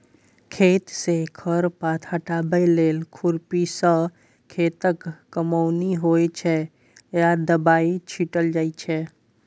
खेतसँ खर पात हटाबै लेल खुरपीसँ खेतक कमौनी होइ छै या दबाइ छीटल जाइ छै